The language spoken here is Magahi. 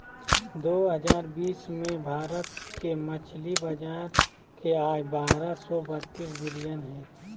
दो हजार बीस में भारत के मछली बाजार के आय बारह सो बतीस बिलियन हइ